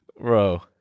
Bro